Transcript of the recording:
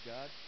God